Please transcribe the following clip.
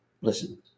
Listen